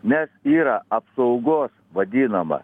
nes yra apsaugos vadinama